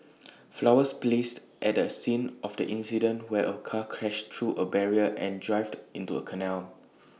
flowers placed at the scene of the accident where A car crashed through A barrier and dived into A canal